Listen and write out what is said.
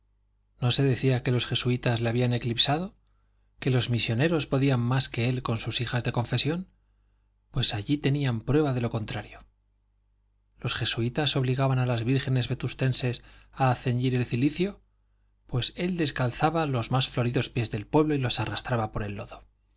no se decía que los jesuitas le habían eclipsado que los misioneros podían más que él con sus hijas de confesión pues allí tenían prueba de lo contrario los jesuitas obligaban a las vírgenes vetustenses a ceñir el cilicio pues él descalzaba los más floridos pies del pueblo y los arrastraba por el lodo